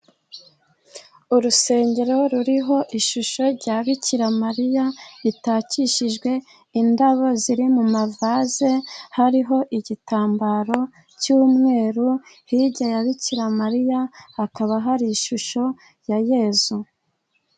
Urusengero ruriho ishusho ya Bikiramariya ritakishijwe indabo ziri mu mavaze, hariho igitambaro cy'umweru. Hirya ya bikira mariya hakaba hari ishusho ya Yezu.